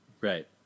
right